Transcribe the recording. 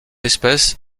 espèce